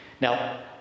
Now